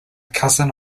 cousin